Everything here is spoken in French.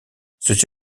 ceci